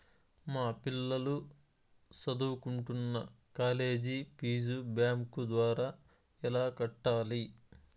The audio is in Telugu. మా పిల్లలు సదువుకుంటున్న కాలేజీ ఫీజు బ్యాంకు ద్వారా ఎలా కట్టాలి?